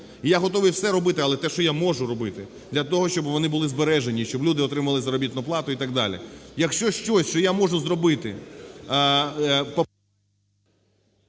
Я готовий все робити, але те, що я можу робити для того, щоб вони були збережені, щоб люди отримали заробітну плату і так далі. Якщо щось, що я можу зробити…